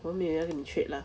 我每人你 trade lah